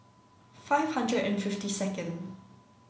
five hundred and fifty second